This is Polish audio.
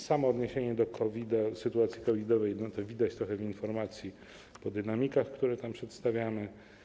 Samo odniesienie do COVID-u, sytuacji COVID--owej, to widać to trochę w informacji o dynamikach, które przedstawiamy.